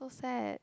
sad